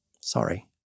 Sorry